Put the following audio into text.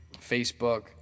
Facebook